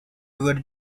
liver